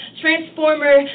transformer